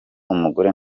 umugore